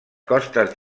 costes